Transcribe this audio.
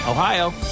Ohio